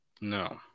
No